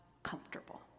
comfortable